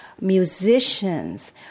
musicians